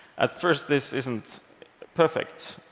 at first, this isn't perfect.